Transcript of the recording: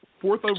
fourth